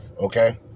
okay